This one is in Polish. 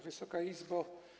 Wysoka Izbo!